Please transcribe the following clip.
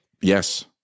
Yes